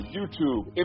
YouTube